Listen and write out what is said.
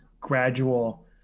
gradual